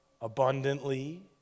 abundantly